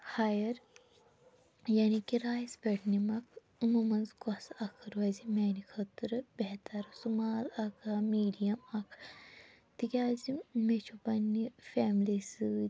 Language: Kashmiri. ہایَر یعنی کِرایس پٮ۪ٹھ نِمَکھ یِمو منٛز کۄس اَکھ روزِ میٛانہِ خٲطرٕ بہتر سُمال اَکھا میٖڈیم اَکھ تِکیٛازِ مےٚ چھُ پَننہِ فیملی سۭتۍ